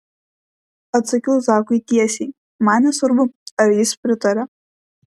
atsakiau zakui tiesiai man nesvarbu ar jis pritaria